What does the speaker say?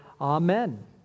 Amen